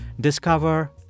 Discover